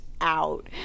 out